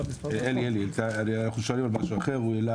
אלי אנחנו שואלים על משהו אחר והוא העלה